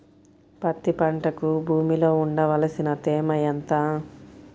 పత్తి పంటకు భూమిలో ఉండవలసిన తేమ ఎంత?